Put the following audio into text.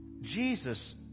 Jesus